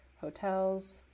hotels